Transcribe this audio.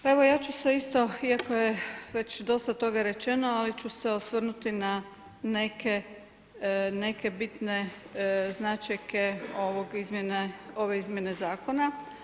Pa evo ja ću se isto iako je već dosta toga rečeno, ali ću se osvrnuti na neke bitne značajke ove izmjene zakona.